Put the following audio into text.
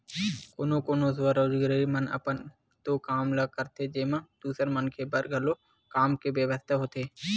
कोनो कोनो स्वरोजगारी मन अपन तो काम ल करथे जेमा दूसर मनखे बर घलो काम के बेवस्था होथे